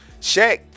Shaq